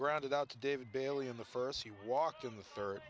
grounded out to david bailey in the first he walked in the third